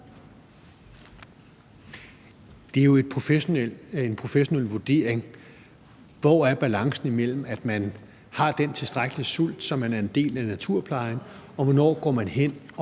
Det er jo en professionel vurdering, i forhold til hvor balancen er mellem, hvornår man har den tilstrækkelige sult, så man er en del af naturplejen, og hvornår man går hen